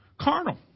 Carnal